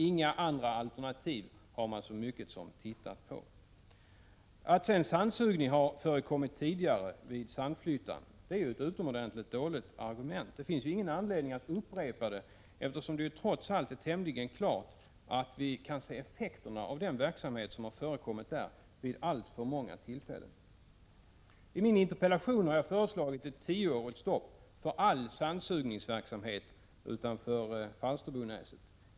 Inga andra alternativ har man så mycket som tittat på. Att sedan sandsugning har förekommit tidigare vid Sandflyttan är ett utomordentligt dåligt argument. Det finns ingen anledning att upprepa detta, eftersom det trots allt är tämligen klart att vi vid alltför många tillfällen kan se effekterna av den verksamhet som har förekommit där. I min interpellation har jag föreslagit ett tioårigt stopp för all sandsugningsverksamhet utanför Falsterbonäset.